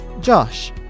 Josh